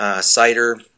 cider